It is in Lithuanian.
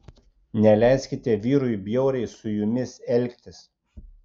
neleiskite vyrui bjauriai su jumis elgtis